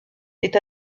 est